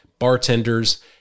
bartenders